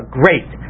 great